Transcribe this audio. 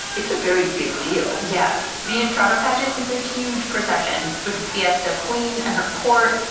it's a very big deal yeah. the entrada pageant is a huge procession with a fiesta queen and her court,